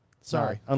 Sorry